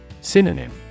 Synonym